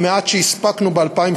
במעט שהספקנו ב-2015,